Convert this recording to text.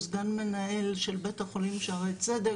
הוא סגן מנהל של בית החולים שערי צדק.